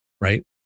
Right